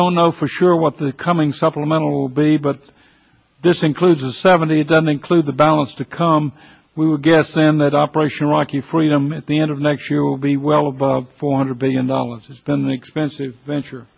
don't know for sure what the coming supplemental be but this includes seventy doesn't include the balance to come we would guess then that operation iraqi freedom at the end of next year would be well above four hundred billion dollars it's been an expensive venture